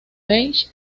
beige